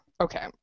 Okay